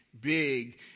big